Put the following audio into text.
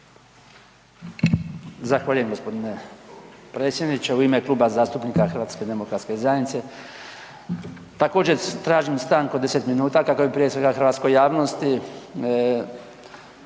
Zahvaljujem gospodine predsjedniče. U ime Kluba zastupnika HDZ-a također tražim stanku od 10 minuta kako bi prije svega hrvatskoj javnosti